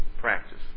practice